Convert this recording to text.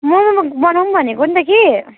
मम बनाऊँ भनेको नि त कि